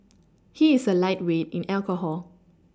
he is a lightweight in alcohol